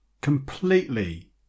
completely